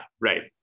right